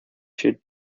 should